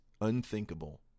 unthinkable